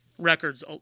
Records